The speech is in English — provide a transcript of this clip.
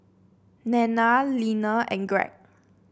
Nanna Linnea and Gregg